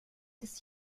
des